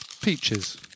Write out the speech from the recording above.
Peaches